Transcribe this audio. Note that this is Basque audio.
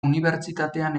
unibertsitatean